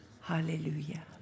Hallelujah